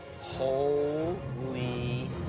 Holy